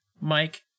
Mike